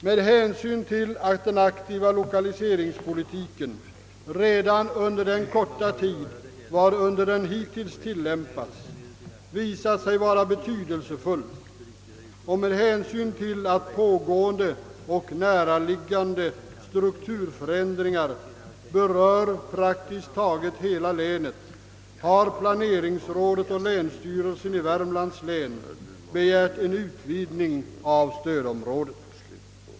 Med hänsyn till att den aktiva lokaliseringspolitiken redan under den korta tid den hittills tillämpats har visat sig vara betydelsefull och med hänsyn till att pågående och näraliggande strukturförändringar berör praktiskt taget hela länet har planeringsrådet och länsstyrelsen i Värmlands län begärt en utvidgning av stödområdet.